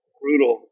brutal